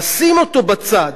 לשים אותו בצד,